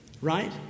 right